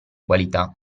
qualità